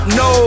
no